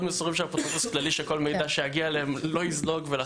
מסורים של האפוטרופוס הכללי שכל מידע שיגיע אליהם לא יזלוג.